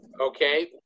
okay